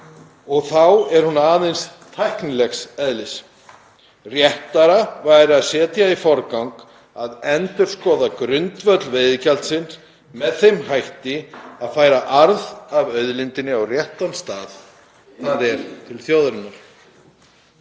og þá er hún aðeins tæknilegs eðlis. Réttara væri að setja í forgang að endurskoða grundvöll veiðigjaldsins með þeim hætti að það færi arð af auðlindinni á réttan stað, þ.e. til þjóðarinnar.